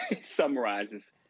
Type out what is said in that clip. summarizes